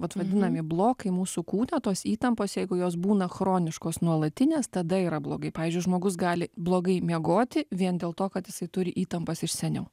vat vadinami blokai mūsų kūne tos įtampos jeigu jos būna chroniškos nuolatinės tada yra blogai pavyzdžiui žmogus gali blogai miegoti vien dėl to kad jisai turi įtampas iš seniau